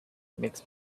makes